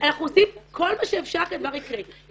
אנחנו עושים כל מה שאפשר שהדבר יקרה.